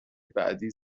بعدی